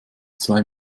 zwei